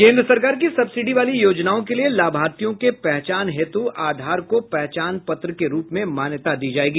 केन्द्र सरकार की सब्सिडी वाली योजनाओं के लिये लाभार्थियों के पहचान हेतु आधार को पहचान पत्र के रूप में मान्यता दी जायेगी